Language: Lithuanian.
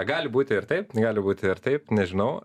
gali būti ir taip gali būt ir taip nežinau